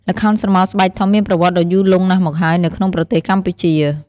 ល្ខោនស្រមោលស្បែកធំមានប្រវត្តិដ៏យូរលង់ណាស់មកហើយនៅក្នុងប្រទេសកម្ពុជា។